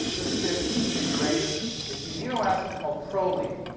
the cis configuration. it's the amino acid called proline.